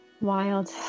Wild